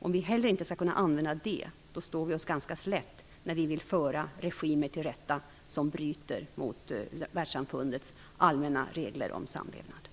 Om vi inte heller skall kunna använda detta, då står vi oss ganska slätt när vi vill föra regimer som bryter mot världssamfundets allmänna regler om samlevnad